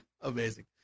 Amazing